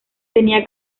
tenía